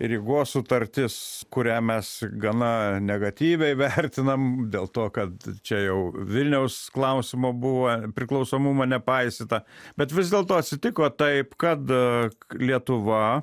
rygos sutartis kurią mes gana negatyviai vertinam dėl to kad čia jau vilniaus klausimo buvo priklausomumo nepaisyta bet vis dėlto atsitiko taip kad lietuva